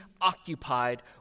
occupied